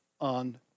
on